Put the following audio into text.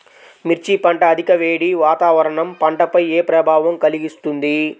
మిర్చి పంట అధిక వేడి వాతావరణం పంటపై ఏ ప్రభావం కలిగిస్తుంది?